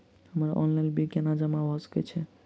हम्मर online bill कोना जमा कऽ सकय छी?